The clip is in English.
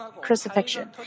crucifixion